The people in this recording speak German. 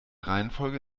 reihenfolge